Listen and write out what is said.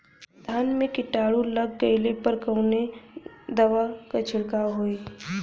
धान में कीटाणु लग गईले पर कवने दवा क छिड़काव होई?